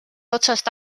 otsast